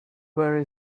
where